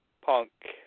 Punk